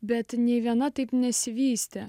bet nė viena taip nesivystė